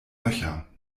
nöcher